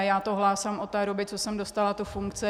Já to hlásám od té doby, co jsem dostala tu funkci.